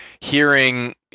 hearing